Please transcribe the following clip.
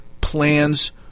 plans